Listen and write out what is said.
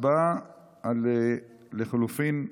הצבעה על 8 לחלופין ב'.